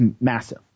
massive